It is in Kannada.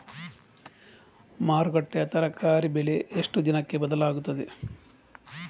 ಮಾರುಕಟ್ಟೆಯ ತರಕಾರಿ ಬೆಲೆ ಎಷ್ಟು ದಿನಕ್ಕೆ ಬದಲಾಗುತ್ತದೆ?